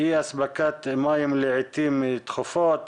אי-אספקת מים לעיתים תחופות,